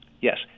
yes